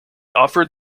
offered